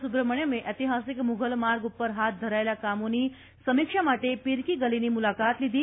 સુબ્રમણ્યમે ઐતિહાસિક મુઘલ માર્ગ પર હાથ ધરાયેલા કામોની સમીક્ષા માટે પીર કી ગલીની મુલાકાત લીધી